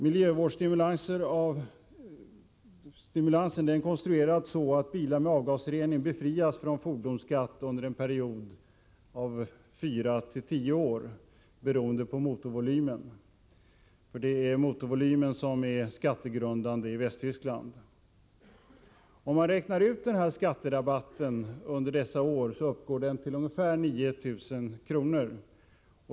Miljövårdsstimulansen är konstruerad så att bilar med avgasrening befrias från fordonsskatt under en period av 4-10 år beroende på motorvolymen — det är nämligen motorvolymen som är skattegrundande i Västtyskland. Om man räknar ut skatterabatten under dessa år, så finner man att den uppgår till ungefär 9 000 kr.